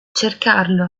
cercarlo